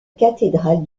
cathédrale